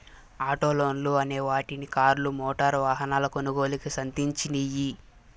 auto లోన్లు అనే వాటిని కార్లు, మోటారు వాహనాల కొనుగోలుకి సంధించినియ్యి